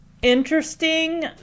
Interesting